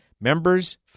members